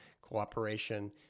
Cooperation